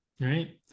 Right